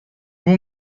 moet